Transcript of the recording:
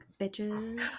bitches